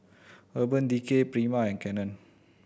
Urban Decay Prima and Canon